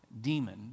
demon